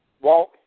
walk